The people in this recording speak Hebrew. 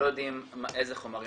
לא יודעים איזה חומרים,